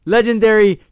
Legendary